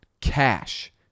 Cash